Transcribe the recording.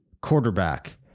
quarterback